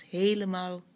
helemaal